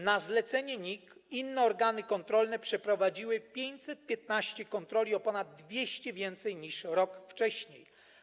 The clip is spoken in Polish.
Na zlecenie NIK inne organy kontrolne przeprowadziły 515 kontroli, o ponad 200 więcej niż rok wcześniej.